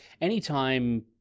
anytime